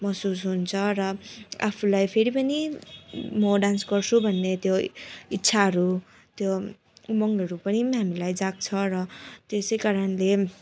महसुस हुन्छ र आफूलाई फेरि पनि म डान्स गर्छु भन्ने त्यो इच्छाहरू त्यो उमङ्गहरू पनि हामीलाई जाग्छ र त्यसै कारणले